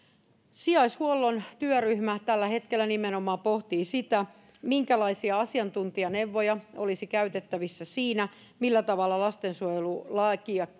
sijaishuollon työryhmä tällä hetkellä nimenomaan pohtii sitä minkälaisia asiantuntijaneuvoja olisi käytettävissä siinä millä tavalla lastensuojelulakia